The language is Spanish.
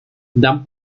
dan